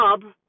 job